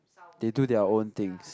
they do their own things